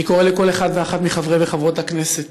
אני קורא לכל אחד ואחת מחברי וחברות הכנסת